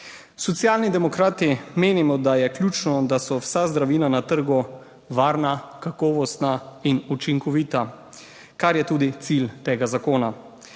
Socialni demokrati menimo, da je ključno, da so vsa zdravila na trgu varna, kakovostna in učinkovita, kar je tudi cilj tega zakona.